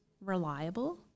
reliable